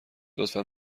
لطفا